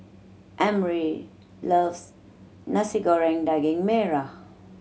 Emory loves Nasi Goreng Daging Merah